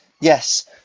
Yes